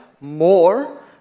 more